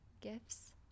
Gifts